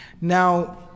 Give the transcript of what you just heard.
Now